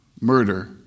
murder